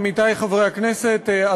עמיתי חברי הכנסת,